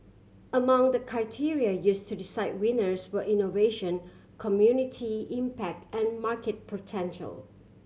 among the criteria use to decide winners were innovation community impact and market potential